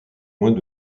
moins